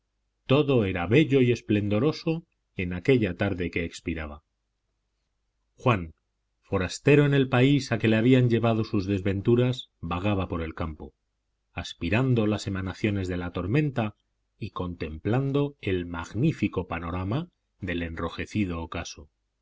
todo era bello y esplendoroso en aquella tarde que expiraba juan forastero en el país a que le habían llevado sus desventuras vagaba por el campo aspirando las emanaciones de la tormenta y contemplando el magnífico panorama del enrojecido ocaso